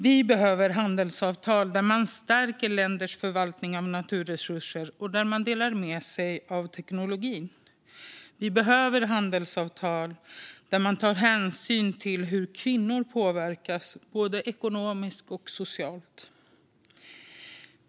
Vi behöver handelsavtal som stärker länders förvaltning av naturresurser och där man delar med sig av teknologi. Vi behöver handelsavtal som tar hänsyn till hur kvinnor påverkas, både ekonomiskt och socialt.